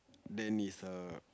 then is a